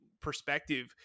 perspective